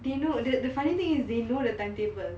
they know the the funny thing is they know the timetable